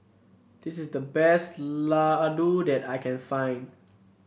this is the best Ladoo that I can find